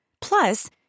Plus